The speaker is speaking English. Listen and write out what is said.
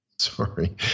Sorry